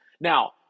Now